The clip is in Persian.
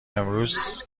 امروز